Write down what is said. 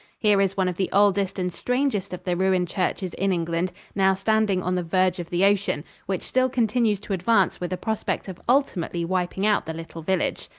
here is one of the oldest and strangest of the ruined churches in england, now standing on the verge of the ocean, which still continues to advance with a prospect of ultimately wiping out the little village.